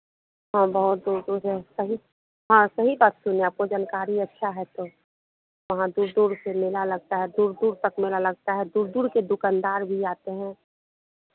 हाँ बहुत दूर दूर से सही हाँ सही बात सुने आपको जानकारी अच्छा है तो वहाँ दूर दूर से मेला लगता है दूर दूर तक मेला लगता है दूर दूर के दुकानदार भी आते हैं